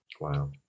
wow